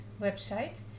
website